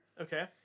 Okay